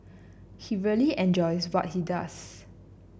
he really enjoys what he does